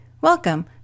Welcome